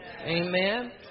Amen